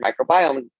microbiome